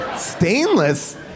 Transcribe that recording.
Stainless